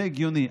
זה הגיוני.